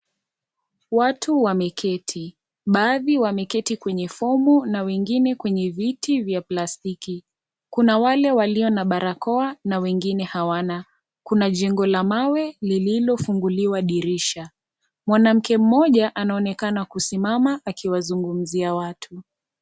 Watu wameketi, baadhi wameketi kwenye fomu na wengine kwenye viti vya plastiki. Kuna wale walio na barakoa na wengine hawana, kuna jengo la mawe lililofunguliwa dirisha. Mwanamke mmoja anaonekana kusimama akiwazungumzia watu.